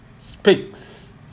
speaks